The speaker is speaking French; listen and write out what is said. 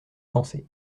penser